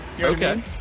okay